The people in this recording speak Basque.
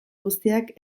guztiak